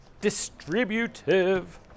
distributive